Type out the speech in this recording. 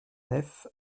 nefs